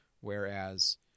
whereas